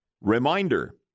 Reminder